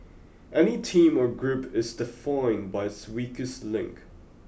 any team or group is defined by its weakest link